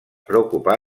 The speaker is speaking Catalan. preocupà